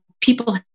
people